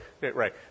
right